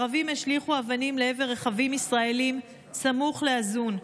ערבים השליכו אבנים לעבר רכבים ישראליים סמוך לעזון.